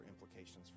implications